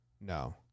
No